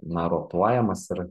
na rotuojamas ir